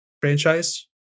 franchise